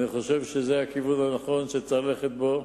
אני חושב שזה הכיוון הנכון שצריך ללכת בו.